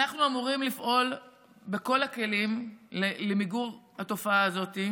אנחנו אמורים לפעול בכל הכלים למיגור התופעה הזאת.